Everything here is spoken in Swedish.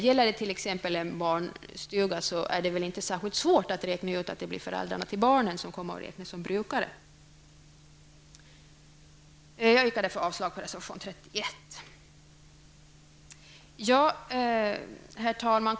Om det t.ex. är fråga om en barnstuga är det väl inte särskilt svårt att räkna ut att det är föräldrarna till barnen som räknas som brukare. Jag yrkar avslag på reservation 31. Herr talman!